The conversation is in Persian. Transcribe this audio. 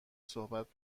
صحبت